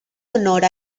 honor